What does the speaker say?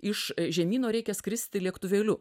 iš žemyno reikia skristi lėktuvėliu